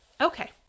Okay